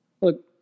Look